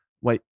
Wait